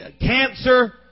cancer